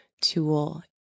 tool